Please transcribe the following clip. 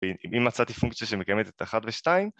אם מצאתי פונקציה שמקיימת את 1 ו-2